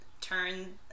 turn